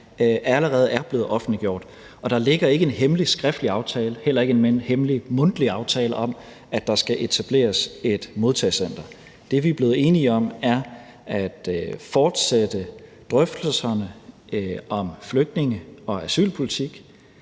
allerede er blevet offentliggjort, og der ligger ikke en hemmelig skriftlig aftale og heller ikke en hemmelig mundtlig aftale om, at der skal etableres et modtagecenter. Det, vi er blevet enige om, er at fortsætte drøftelserne om flygtninge- og asylpolitik,